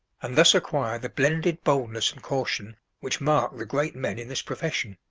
and thus acquire the blended boldness and caution which mark the great men in this profession.